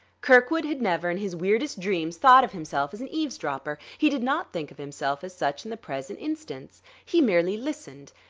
kirkwood had never in his weirdest dreams thought of himself as an eavesdropper he did not think of himself as such in the present instance he merely listened,